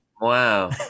Wow